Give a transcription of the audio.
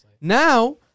Now